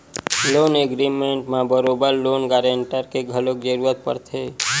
loan agreement म बरोबर loan guarantor के घलो जरुरत पड़थे